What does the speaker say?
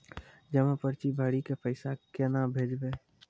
जमा पर्ची भरी के पैसा केना भेजबे?